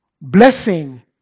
blessing